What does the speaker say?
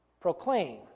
proclaim